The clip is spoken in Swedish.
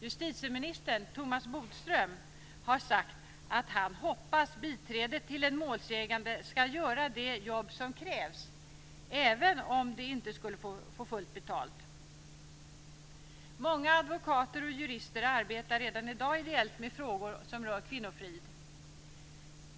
Justitieminister Thomas Bodström har sagt att han hoppas att biträdet till en målsägande ska göra det jobb som krävs även om denne inte skulle få fullt betalt. Många advokater och jurister arbetar redan i dag ideellt med frågor som rör kvinnofrid.